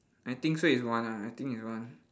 I think so is one ah I think is one